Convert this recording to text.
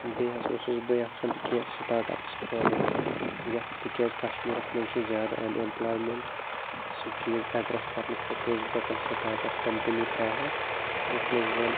بیٚیہِ حظ اوسُس بہٕ یِژھان کیٚنٛہہ سِٹاٹ اَپس کھولٕنۍ یِتھ تِکیٛازِ کَشمیٖرَس منٛز چھِ زیاد اَن ایمپُلٲیمینٹ سُہ چیٖز ایٚڈرَس کَرنہٕ خٲطرٕ اوسُس بہٕ دَپان سِٹاٹ اَپ کَمپٔنی تَرٛاوٕہا یِتھ منٛز زَن